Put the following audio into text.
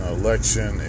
election